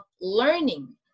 learning